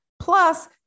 plus